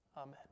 Amen